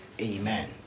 Amen